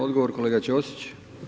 Odgovor kolega Ćosić.